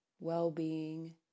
well-being